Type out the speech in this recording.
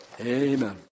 amen